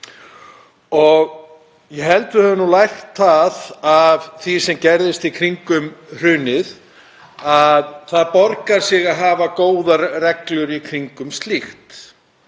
Ég held við höfum lært það af því sem gerðist í kringum hrunið að það borgar sig að hafa góðar reglur í kringum slíkt.